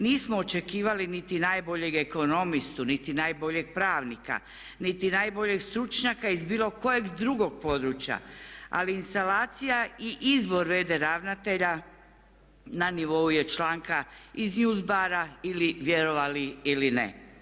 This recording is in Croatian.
Nismo očekivali niti najboljeg ekonomistu niti najboljeg pravnika niti najboljeg stručnjaka iz bilo kojeg drugog područja ali instalacija i izbor v.d. ravnatelja na nivou je članka iz News bar-a ili vjerovali ili ne.